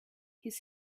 his